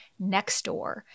Nextdoor